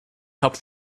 helped